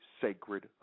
sacred